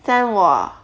send 我